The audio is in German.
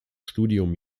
studium